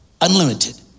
unlimited